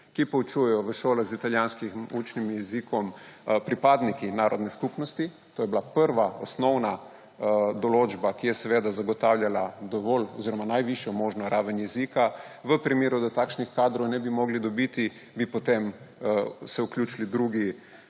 ki poučujejo v šolah z italijanskim učnim jezikom, pripadniki narodne skupnosti. To je bila prva osnovna določba, ki je seveda zagotavljala dovolj oziroma najvišjo možno raven jezika. V primeru, da takšnih kadrov ne bi mogli dobiti, bi se potem vključili drugi